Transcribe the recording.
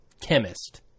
chemist